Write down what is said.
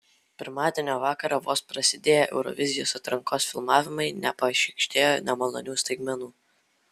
pirmadienio vakarą vos prasidėję eurovizijos atrankos filmavimai nepašykštėjo nemalonių staigmenų